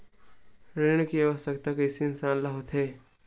ऋण के आवश्कता कइसे इंसान ला होथे?